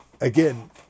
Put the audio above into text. Again